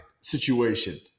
situation